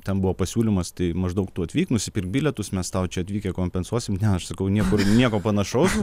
ten buvo pasiūlymas tai maždaug tu atvyk nusipirk bilietus mes tau čia atvykę kompensuosim ne aš sakau niekur nieko panašaus